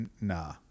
nah